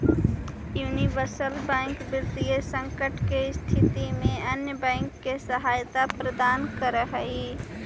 universal bank वित्तीय संकट के स्थिति में अन्य बैंक के सहायता प्रदान करऽ हइ